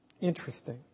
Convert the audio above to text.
Interesting